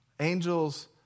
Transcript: Angels